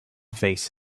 vase